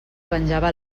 penjava